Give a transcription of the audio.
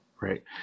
Right